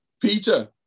Peter